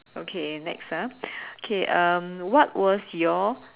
okay next ah okay um what was your